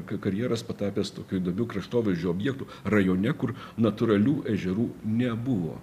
ka karjeras patapęs tokiu įdomiu kraštovaizdžio objektu rajone kur natūralių ežerų nebuvo